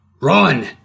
RUN